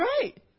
right